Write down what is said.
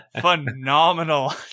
Phenomenal